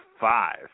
five